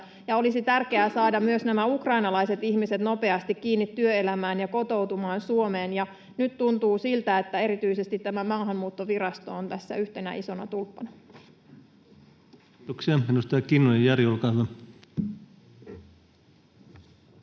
Olisi tärkeää saada myös nämä ukrainalaiset ihmiset nopeasti kiinni työelämään ja kotoutumaan Suomeen. Nyt tuntuu siltä, että erityisesti Maahanmuuttovirasto on tässä yhtenä isona tulppana. [Speech